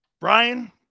Brian